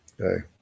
Okay